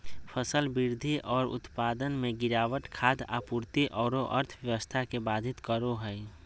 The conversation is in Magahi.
फसल वृद्धि और उत्पादन में गिरावट खाद्य आपूर्ति औरो अर्थव्यवस्था के बाधित करो हइ